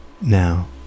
Now